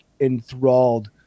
enthralled